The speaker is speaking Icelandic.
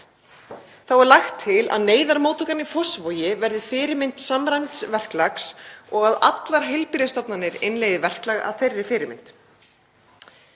Þá er lagt til að neyðarmóttakan í Fossvogi verði fyrirmynd samræmds verklags og að allar heilbrigðisstofnanir innleiði verklag að þeirri fyrirmynd.